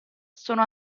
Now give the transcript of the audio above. sono